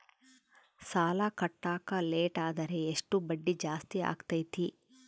ಸಾಲ ಕಟ್ಟಾಕ ಲೇಟಾದರೆ ಎಷ್ಟು ಬಡ್ಡಿ ಜಾಸ್ತಿ ಆಗ್ತೈತಿ?